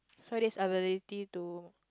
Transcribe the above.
so this ability to